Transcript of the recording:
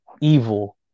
evil